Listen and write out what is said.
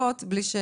משרד האוצר, בבקשה.